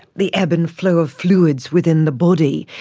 the ebb and flow of fluids within the body.